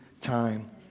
time